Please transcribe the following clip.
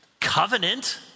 covenant